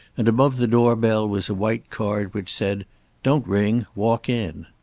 and above the doorbell was a white card which said don't ring. walk in.